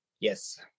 Yes